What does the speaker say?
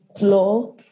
law